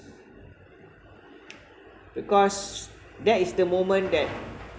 because that is the moment that